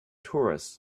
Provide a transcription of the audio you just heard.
tourists